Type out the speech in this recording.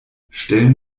stellen